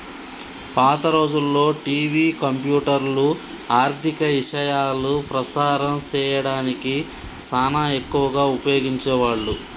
పాత రోజుల్లో టివి, కంప్యూటర్లు, ఆర్ధిక ఇశయాలు ప్రసారం సేయడానికి సానా ఎక్కువగా ఉపయోగించే వాళ్ళు